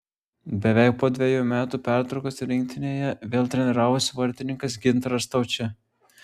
beveik po dvejų metų pertraukos rinktinėje vėl treniravosi vartininkas gintaras staučė